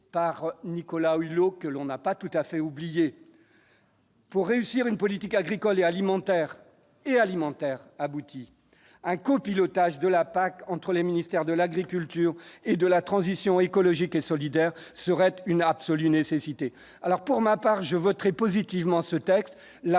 par Nicolas Hulot, que l'on n'a pas tout à fait oublier. Pour réussir une politique agricole et alimentaire et alimentaire aboutit un copilotage de la PAC entre les ministères de l'Agriculture et de la transition écologique et solidaire serait une absolue nécessité alors pour ma part je voterai positivement ce texte,